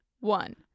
one